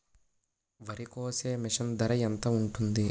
వరి కోసే మిషన్ ధర ఎంత ఉంటుంది?